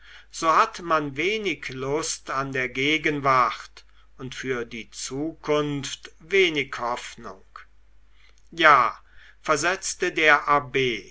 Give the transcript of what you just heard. so hat man wenig lust an der gegenwart und für die zukunft wenig hoffnung ja versetzte der abb